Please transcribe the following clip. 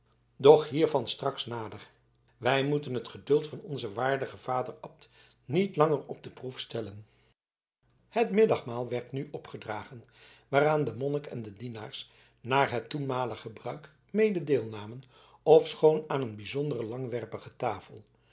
doch hiervan straks nader wij moeten het geduld van onzen waardigen vader abt niet langer op de proef stellen het middagmaal werd nu opgedragen waaraan de monnik en de dienaars naar het toenmalig gebruik mede deelnamen ofschoon aan een bijzondere langwerpige tafel